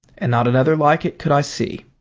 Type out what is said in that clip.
and not another like it could i see.